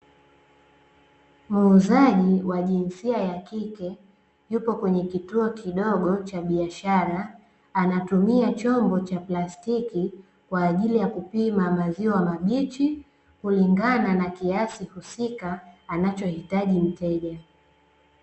Muuzaji wa jinsia ya kike yupo kwenye kituo kidogo cha biashara, anatumia chombo cha plastiki kwa ajili ya kupima maziwa mabichi, kulingana na kiasi husika anachohitaji mteja.